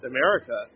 America